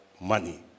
money